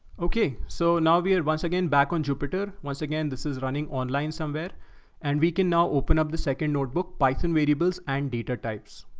okay. so now we had once again, back on jupyter, once again, this is running online somewhere and we can now open up the second notebook, bison variables and data types.